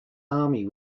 army